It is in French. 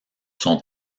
son